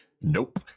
Nope